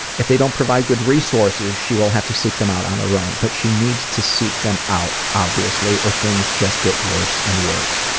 if they don't provide good resources, she will have to seek them out on her own, but she needs to seek them out, obviously, or things just get worse and worse.